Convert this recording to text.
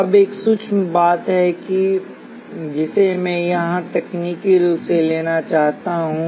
अब एक सूक्ष्म बात है जिसे मैं यहां तकनीकी रूप से लाना चाहता हूं